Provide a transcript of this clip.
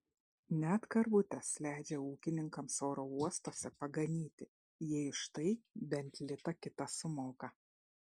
net karvutes leidžia ūkininkams oro uostuose paganyti jei už tai bent litą kitą sumoka